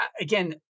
again